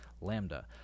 Lambda